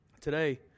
Today